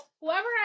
whoever